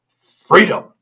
FREEDOM